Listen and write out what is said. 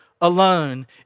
alone